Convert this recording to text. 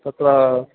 तत्र